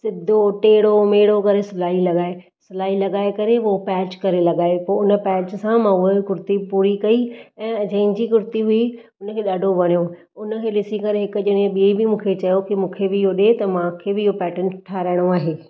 सिधो टेढो मेढो करे सिलाई लॻाइ सिलाई लॻाए करे हू पैच करे लॻायो पोइ हुन पैच सां मां हूअ कुर्ती पूरी कई ऐं जंहिंजी कुर्ती हुई हुन खे ॾाढो वणियो हुन खे ॾिसी करे हिकु ॼणी ॿी मूंखे चयो कि मूंखे बि हीअ ॾे त मूंखे बि इहो पैटर्न ठाहिराणो आहे